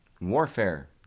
warfare